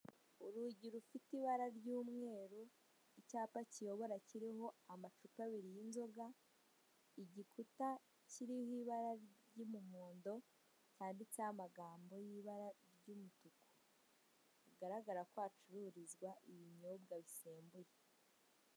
Urugi rufite ibara ry'umweru icyapa kiyobora kiriho amacupa abiri y'inzoga, igikuta kiriho ibara ry'umuhondo cyanditseho amagambo y'ibara ry'umutuku, bigaragara ko hacururizwa ibinyobwa bisembuye.